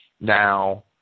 Now